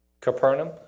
Capernaum